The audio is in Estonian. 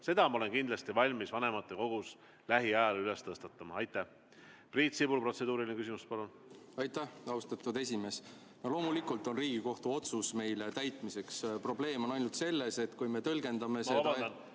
kindlasti olen valmis seda teemat vanematekogus lähiajal tõstatama. Aitäh! Priit Sibul, protseduuriline küsimus, palun! Aitäh, austatud esimees! Loomulikult on Riigikohtu otsus meile täitmiseks. Probleem on ainult selles, et kui me tõlgendame seda ...